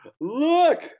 Look